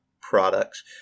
products